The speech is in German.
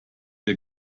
der